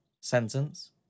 sentence